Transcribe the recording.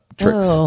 tricks